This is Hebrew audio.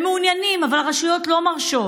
הם מעוניינים, אבל הרשויות לא מרשות.